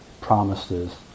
promises